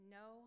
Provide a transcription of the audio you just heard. no